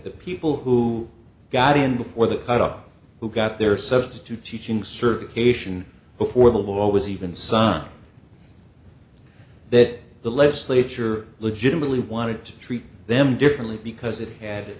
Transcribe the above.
the people who got in before the top who got their substitute teaching certification before the law was even signed that the legislature legitimately wanted to treat them differently because it had